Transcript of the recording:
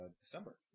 December